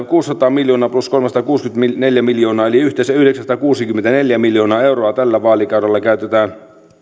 kuusisataa miljoonaa plus kolmesataakuusikymmentäneljä miljoonaa eli yhteensä yhdeksänsataakuusikymmentäneljä miljoonaa euroa tällä vaalikaudella käytetään